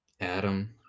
Adam